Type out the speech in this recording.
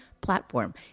platform